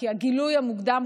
כי הגילוי המוקדם,